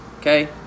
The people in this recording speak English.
Okay